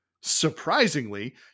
surprisingly